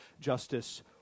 justice